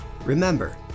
Remember